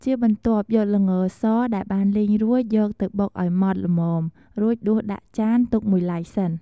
ជាបន្ទាប់យកល្ងរសដែលបានលីងរួចយកទៅបុកឲ្យម៉ត់ល្មមរួចដួសដាក់ចានទុកមួយឡែកសិន។